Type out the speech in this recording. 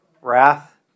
wrath